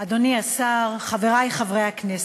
אדוני השר, חברי חברי הכנסת,